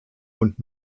und